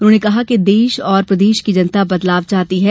उन्होंने कहा कि देश और प्रदेश की जनता बदलाव चाहती है